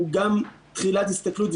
הוא גם תחילת הסתכלות,